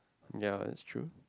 ya it's true